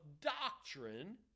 doctrine